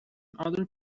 other